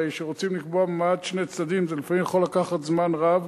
הרי כשרוצים לקבוע במעמד שני צדדים זה לפעמים יכול לקחת זמן רב,